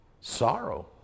Sorrow